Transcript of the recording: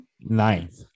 Ninth